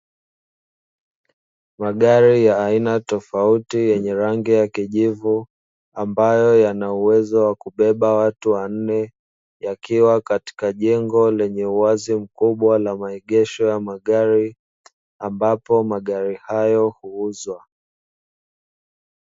Magari ya aina tofauti yenye rangi ya kijivu ambayo yana uwezo wa kubeba watu wanne, yakiwa katika jengo lenye uwazi mkubwa la maegesho ya magari, ambapo magari hayo huuzwa.